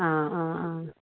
ആ ആ ആ